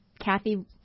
Kathy